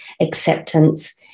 acceptance